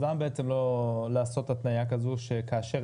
אז למה בעצם לא לעשות התניה כזו שכאשר